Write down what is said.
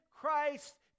Christ